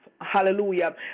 Hallelujah